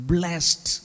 Blessed